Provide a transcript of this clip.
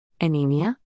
Anemia